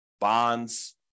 bonds